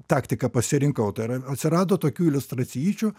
taktiką pasirinkau tai yra atsirado tokių iliustracijyčių